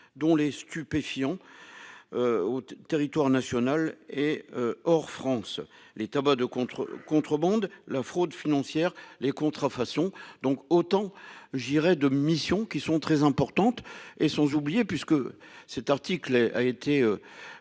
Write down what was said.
dont les stupéfiants. Au territoire national et hors France les tabacs de contre-contrebande la fraude financière les contrefaçons donc autant je dirais de missions qui sont très importantes, et sans oublier puisque cet article a été.